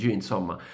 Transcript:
insomma